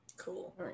cool